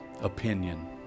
opinion